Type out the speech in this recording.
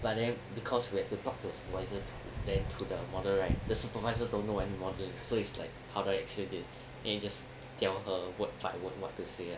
but then because we have to talk to the supervisor then to the model right the supervisor don't know any modelling so it's like how we actually did then you just tell her word by word what to say